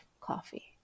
coffee